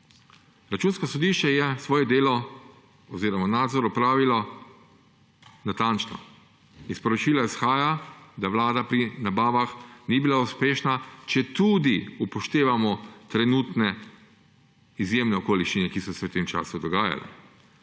Računsko sodišče je svoje delo oziroma nadzor opravilo natančno. Iz poročila izhaja, da Vlada pri nabavah ni bila uspešna, četudi upoštevamo trenutne izjemne okoliščine, ki so se v tem času dogajale.